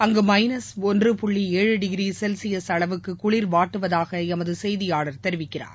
அங்கு மைனஸ் ஒன்று புள்ளி ஏழு டிகிரி செல்ஸியஸ் அளவுக்கு குளிர் வாட்டுவதாக எமது செய்தியாளர் தெரிவிக்கிறார்